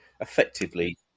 Effectively